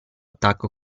attacco